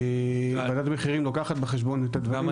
שוועדת המחירים לוקחת בחשבון את הדברים --- גל,